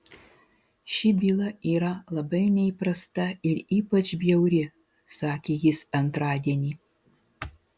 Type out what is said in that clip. ši byla yra labai neįprasta ir ypač bjauri sakė jis antradienį